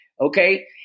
Okay